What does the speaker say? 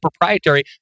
proprietary